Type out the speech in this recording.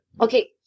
Okay